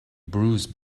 bruce